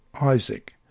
Isaac